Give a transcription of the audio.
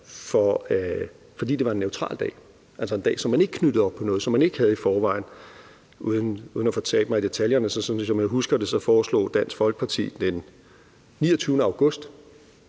fordi det var en neutral dag, altså en dag, som man ikke knyttede op på noget, og som man ikke havde i forvejen. Uden at jeg skal fortabe mig i detaljerne, foreslog Dansk Folkeparti, som jeg husker det, den 29. august,